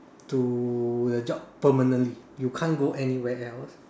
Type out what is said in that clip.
to the job permanently you can't go anywhere else